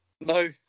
No